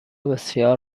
بسیار